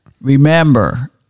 remember